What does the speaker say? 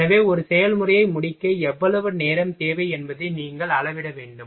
எனவே ஒரு செயல்முறையை முடிக்க எவ்வளவு நேரம் தேவை என்பதை நீங்கள் அளவிட வேண்டும்